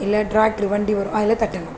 இல்லை ட்ராக்ட்ரு வண்டி வரும் அதில் தட்டணும்